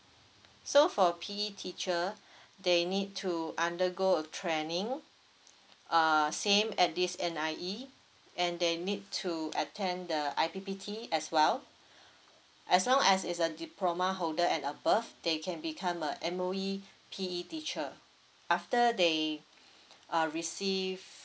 so for P_E teacher they need to undergo a training uh same at this N_I_E and they need to attend the I_P_P_T as well as long as it's a diploma holder and above they can become a M_O_E P_E teacher after they uh receive